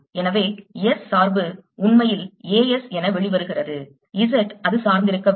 எனவே S சார்பு உண்மையில் A S என வெளிவருகிறது Z அது சார்ந்திருக்கவில்லை